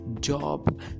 job